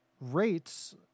Rates